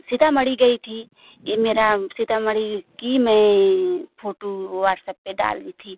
सीतामढ़ी गई थी यह मेरा सीतामढ़ी की मैं फोटू व्हाट्सअप पर डाल दी थी